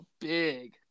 big